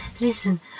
Listen